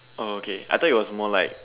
oh okay I thought it was more like